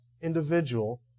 individual